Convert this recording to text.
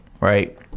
right